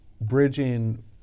bridging